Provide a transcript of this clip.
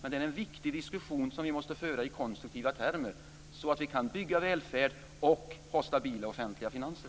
Det är en viktig diskussion som vi måste föra i konstruktiva termer, så att vi kan bygga välfärd och ha stabila offentliga finanser.